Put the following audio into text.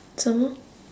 some more